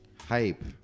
Hype